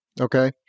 Okay